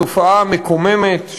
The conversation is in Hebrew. התופעה המקוממת,